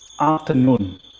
afternoon